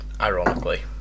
ironically